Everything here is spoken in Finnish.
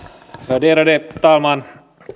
värderade talman